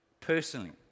personally